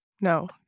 no